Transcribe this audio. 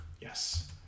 Yes